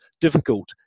difficult